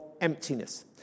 emptiness